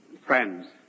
Friends